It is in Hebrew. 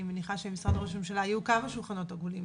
אני מניחה שמשרד ראש הממשלה היו כמה שולחנות עגולים